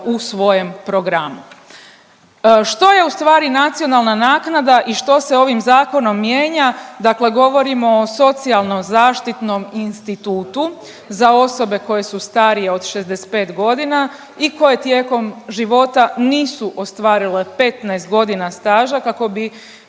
u svojem programu. Što je ustvari nacionalna naknada i što se ovim Zakonom mijenja? Dakle govorimo o socijalno zaštitnom institutu za osobe koje su starije od 65 godina i koje tijekom života nisu ostvarile 15 godina staža, kako bi